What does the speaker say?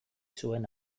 zuen